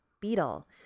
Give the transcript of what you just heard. beetle